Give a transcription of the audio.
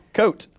coat